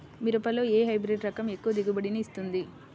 మిరపలో ఏ హైబ్రిడ్ రకం ఎక్కువ దిగుబడిని ఇస్తుంది?